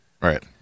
right